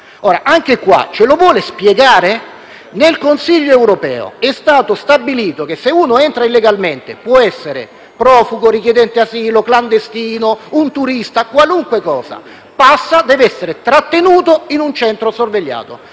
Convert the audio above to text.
caso, ce lo vuole spiegare? Nel Consiglio europeo è stato stabilito che se una persona entra illegalmente può essere profugo, richiedente asilo, clandestino, un turista, qualunque cosa: deve essere trattenuto in un centro sorvegliato.